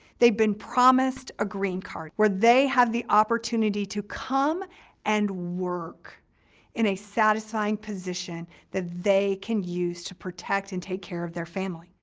they've been promised a green card. where they have the opportunity to come and work in a satisfying position that they can use to protect and take care of their family.